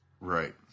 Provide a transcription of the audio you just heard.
Right